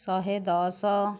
ଶହେ ଦଶ